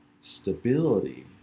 stability